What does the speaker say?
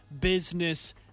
business